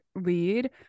lead